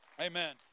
Amen